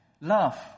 love